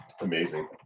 Amazing